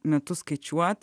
metus skaičiuoti